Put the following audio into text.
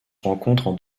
rencontrent